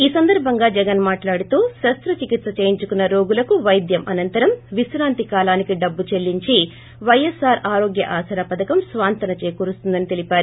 ఈ సందర్భం గా జగన్ మాటలాడుతూ శస్త చికిత్స చేయించుకున్న రోగులకు వైద్యం అనంతరం విశ్రాంతి కాలానికి డబ్బు చెల్లించి ేపైఎస్సార్ ఆరోగ్య ఆసరా పథకం స్వాంతన చేకూరుస్తుందని తెలిపారు